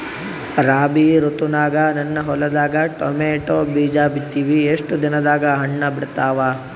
ರಾಬಿ ಋತುನಾಗ ನನ್ನ ಹೊಲದಾಗ ಟೊಮೇಟೊ ಬೀಜ ಬಿತ್ತಿವಿ, ಎಷ್ಟು ದಿನದಾಗ ಹಣ್ಣ ಬಿಡ್ತಾವ?